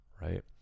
Right